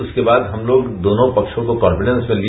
इसके बाद हम लोग दोनों पक्षों को कॉन्फिडेंस में लिए